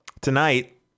tonight